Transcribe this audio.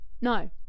no